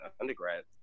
undergrad